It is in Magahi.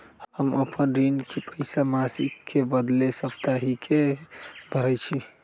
हम अपन ऋण के पइसा मासिक के बदले साप्ताहिके भरई छी